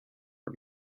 for